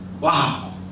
Wow